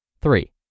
Three